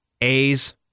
A's